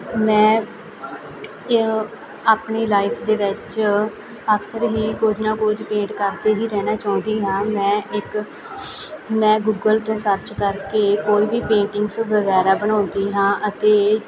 ਮੈਂ ਆਪਣੀ ਲਾਈਫ ਦੇ ਵਿੱਚ ਅਕਸਰ ਹੀ ਕੁਝ ਨਾ ਕੁਝ ਪੇਂਟ ਕਰਦੇ ਹੀ ਰਹਿਣਾ ਚਾਹੁੰਦੀ ਹਾਂ ਮੈਂ ਇੱਕ ਮੈਂ ਗੁਗਲ 'ਤੇ ਸਰਚ ਕਰਕੇ ਕੋਈ ਵੀ ਪੇਂਟਿੰਗਸ ਵਗੈਰਾ ਬਣਾਉਂਦੀ ਹਾਂ ਅਤੇ